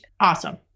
Awesome